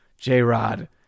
J-Rod